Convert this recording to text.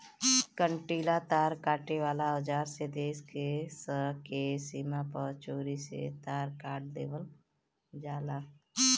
कंटीला तार काटे वाला औज़ार से देश स के सीमा पर चोरी से तार काट देवेल जाला